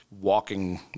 walking